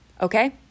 Okay